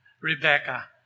Rebecca